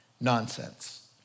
Nonsense